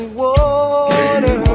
water